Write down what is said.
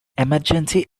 emergency